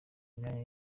imyanya